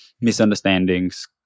misunderstandings